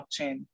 blockchain